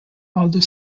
elder